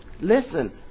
listen